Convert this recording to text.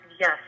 yes